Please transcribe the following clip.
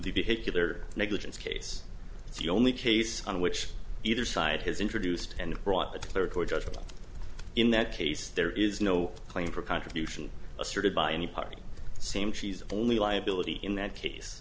the vehicular negligence case it's the only case on which either side has introduced and brought the third quarter in that case there is no claim for contribution asserted by any party same she's only liability in that case